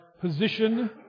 position